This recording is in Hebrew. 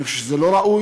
אני חושב שזה לא ראוי.